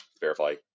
verify